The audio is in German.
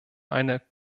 eine